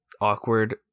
awkward